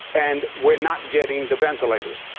and we're not getting the ventilators.